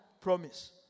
promise